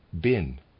bin